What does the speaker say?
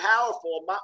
powerful